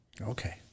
Okay